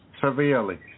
severely